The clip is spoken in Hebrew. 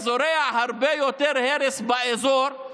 וזורע הרבה יותר הרס באזור,